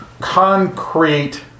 concrete